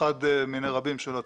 אחד מני רבים שהיו.